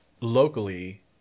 locally